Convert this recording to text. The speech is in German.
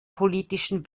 politischen